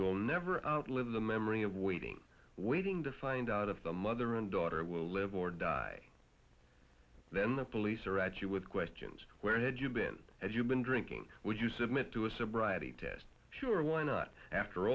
you'll never live the memory of waiting waiting to find out if the mother and daughter will live or die then the police are at you with questions where had you been as you've been drinking would you submit to a sobriety test sure why not after